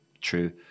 true